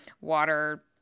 water